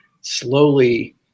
slowly